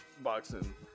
boxing